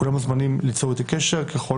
כולם מוזמנים ליצור איתי קשר ככל